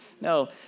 No